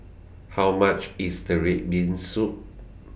How much IS The Red Bean Soup